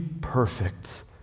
perfect